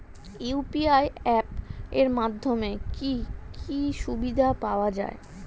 UPI app এর মাধ্যমে কি কি সুবিধা পাওয়া যায়?